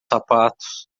sapatos